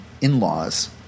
in-laws